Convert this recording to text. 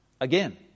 Again